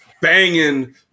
banging